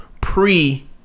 pre